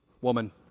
woman